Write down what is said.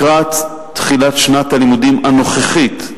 לקראת תחילת שנת הלימודים הנוכחית,